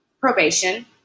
probation